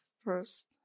first